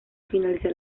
finalizar